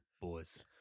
boys